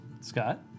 Scott